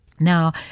Now